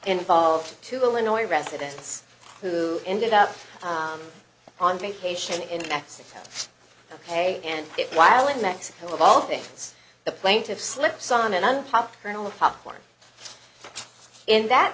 involves two illinois residents who ended up on vacation in mexico ok and while in mexico of all things the plaintiff slips on and on top kernel of popcorn in that